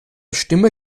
stimme